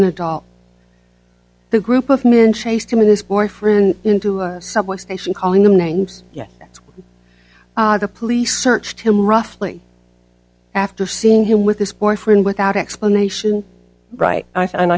an adult the group of men chased him of this boyfriend into a subway station calling them names yet the police searched him roughly after seeing him with this boyfriend without explanation right i